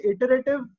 iterative